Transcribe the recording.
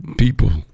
people